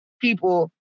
people